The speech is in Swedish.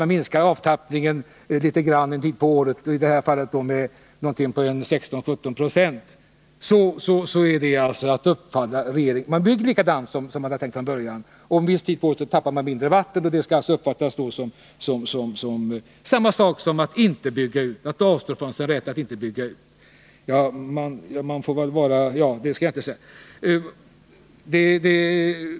Man bygger likadant som man hade tänkt från början, men under en viss tid på året minskar man tappningarna litet grand, med ungefär 16-17 90 — det skall alltså uppfattas vara detsamma som att avstå från sin rätt att inte bygga ut.